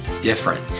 different